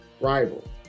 rival